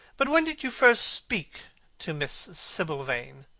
but when did you first speak to miss sibyl vane?